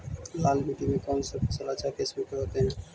लाल मिट्टी में कौन से फसल अच्छा किस्म के होतै?